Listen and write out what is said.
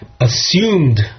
assumed